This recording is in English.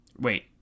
Wait